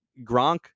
Gronk